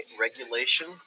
regulation